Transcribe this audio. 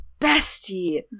Bestie